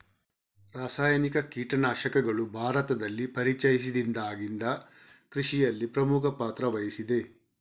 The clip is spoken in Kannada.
ರಾಸಾಯನಿಕ ಕೀಟನಾಶಕಗಳು ಭಾರತದಲ್ಲಿ ಪರಿಚಯಿಸಿದಾಗಿಂದ ಕೃಷಿಯಲ್ಲಿ ಪ್ರಮುಖ ಪಾತ್ರ ವಹಿಸಿದೆ